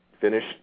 finish